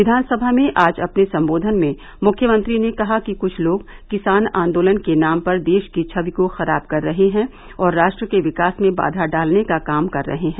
विधानसभा में आज अपने सम्बोधन में मुख्यमंत्री ने कहा कि कुछ लोग किसान आन्दोलन के नाम पर देश की छवि को खराब कर रहे हैं और राष्ट्र के विकास में बाधा डालने का काम कर रहे हैं